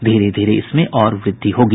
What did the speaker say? धीरे धीरे इसमें और वृद्धि होगी